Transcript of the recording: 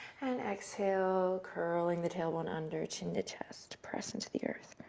and exhale, curling the tailbone under, chin to chest. press into the earth,